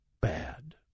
bad